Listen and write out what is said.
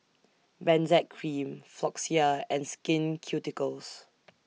Benzac Cream Floxia and Skin Ceuticals